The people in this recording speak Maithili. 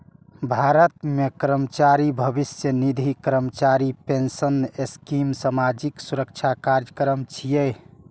भारत मे कर्मचारी भविष्य निधि, कर्मचारी पेंशन स्कीम सामाजिक सुरक्षा कार्यक्रम छियै